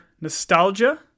Nostalgia